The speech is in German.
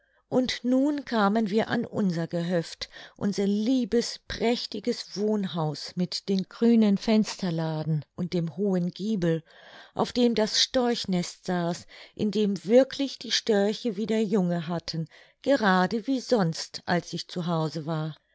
und nun kamen wir an unser gehöft unser liebes prächtiges wohnhaus mit den grünen fensterladen und dem hohen giebel auf dem das storchnest saß in dem wirklich die störche wieder junge hatten gerade wie sonst als ich zu hause war